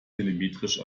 telemetrisch